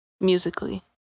musically